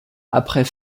après